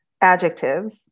adjectives